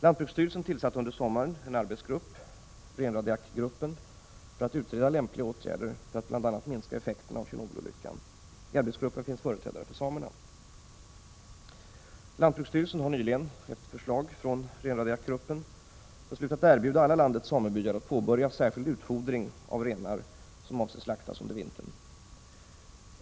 Lantbruksstyrelsen tillsatte under sommaren en arbetsgrupp, renradiakgruppen, för att utreda lämpliga åtgärder för att bl.a. minska effekterna av Tjernobylolyckan. I arbetsgruppen finns företrädare för samerna. Lantbruksstyrelsen har nyligen, efter förslag från renradiakgruppen, beslutat erbjuda alla landets samebyar att påbörja särskild utfodring av renar som avses slaktas under vintern.